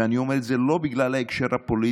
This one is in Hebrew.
ואני אומר את זה לא בגלל ההקשר הפוליטי.